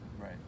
Right